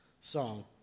song